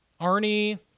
Arnie